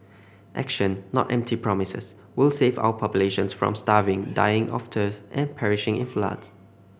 action not empty promises will save our populations from starving dying of thirst and perishing in floods